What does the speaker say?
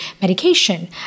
medication